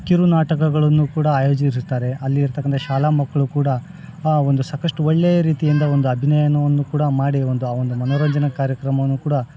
ಕಿರು ನಾಟಕಗಳನ್ನು ಕೂಡ ಆಯೋಜಿಸುತ್ತಾರೆ ಅಲ್ಲಿರ್ತಕ್ಕಂಥ ಶಾಲಾ ಮಕ್ಕಳು ಕೂಡ ಆ ಒಂದು ಸಾಕಷ್ಟು ಒಳ್ಳೆ ರೀತಿಯಿಂದ ಒಂದು ಅಭಿನಯನ್ನು ಒಂದು ಕೂಡ ಮಾಡಿ ಒಂದು ಆ ಒಂದು ಮನರಂಜನೆ ಕಾರ್ಯಕ್ರಮವನ್ನು ಕೂಡ